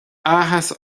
áthas